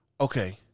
Okay